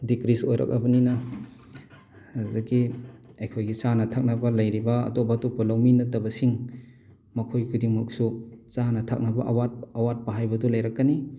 decrease ꯑꯣꯏꯔꯛꯑꯕꯅꯤꯅ ꯑꯗꯒꯤ ꯑꯩꯈꯣꯏꯒꯤ ꯆꯥꯅ ꯊꯛꯅꯕ ꯂꯩꯔꯤꯕ ꯑꯇꯣꯞ ꯑꯇꯣꯞꯄ ꯂꯧꯃꯤ ꯅꯠꯇꯕꯁꯤꯡ ꯃꯈꯣꯏ ꯈꯨꯗꯤꯡꯃꯛꯁꯨ ꯆꯥꯅ ꯊꯛꯅꯕ ꯑꯋꯥꯠ ꯑꯋꯥꯠꯄ ꯍꯥꯏꯕꯗꯨ ꯂꯩꯔꯛꯀꯅꯤ